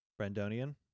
Brandonian